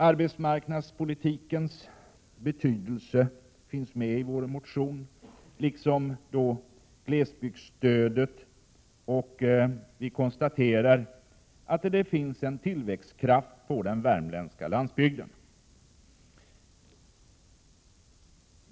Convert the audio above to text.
Arbetsmarknadspolitikens betydelse finns med i vår motion, liksom glesbygdsstödet. Vi konstaterar att det finns en tillväxtkraft på den värmländska landsbygden.